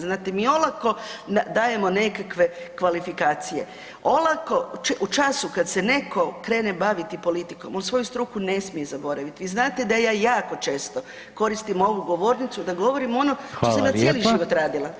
Znate mi olako dajemo nekakve kvalifikacije, olako, u času kad se neko krene baviti politikom on svoju struku ne smije zaboraviti, vi znate da ja jako često koristim ovu govornicu da govorim ono što sam ja cijeli život radila.